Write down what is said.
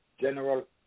General